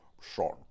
Sean